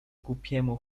głupiemu